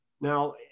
Now